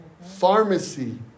pharmacy